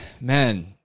man